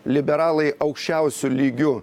liberalai aukščiausiu lygiu